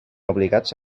obligats